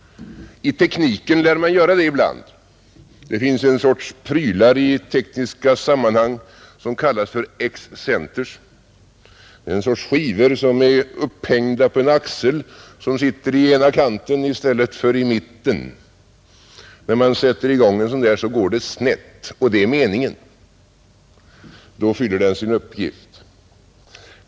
I tekniken lär man göra det ibland. Det finns en sorts prylar i tekniska sammanhang som kallas för excenters. Det är en sorts skivor som är upphängda på en axel som sitter i ena kanten i stället för i mitten, När man sätter i gång en sådan där, går det snett — och det är meningen; då fyller den sin uppgift.